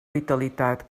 vitalitat